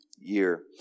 year